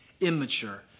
immature